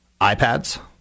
iPads